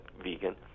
vegan